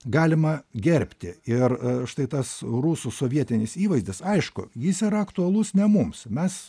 galima gerbti ir štai tas rusų sovietinis įvaizdis aišku jis yra aktualus ne mums mes